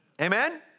Amen